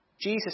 Jesus